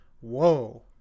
whoa